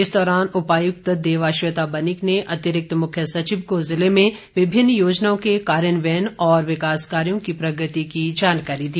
इस दौरान उपायुक्त देवाश्वेता बनिक ने अतिरिक्त मुख्य सचिव को जिले में विभिन्न योजनाओं के कार्यान्वयन और विकास कोर्यों की प्रगति की जानकारी दी